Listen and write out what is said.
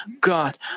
God